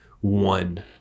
one